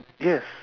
yes